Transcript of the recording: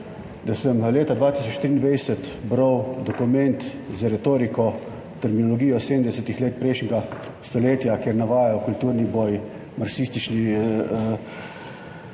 da sem leta 2023 bral dokument z retoriko, terminologijo 70. let prejšnjega stoletja, kjer navajajo kulturni boj, kulturni